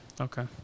Okay